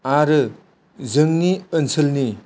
आरो जोंनि ओनसोलनि